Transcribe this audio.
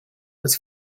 was